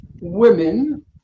women